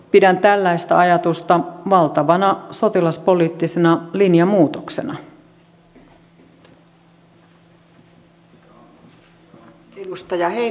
pidän tällaista ajatusta valtavana sotilaspoliittisena linjanmuutoksena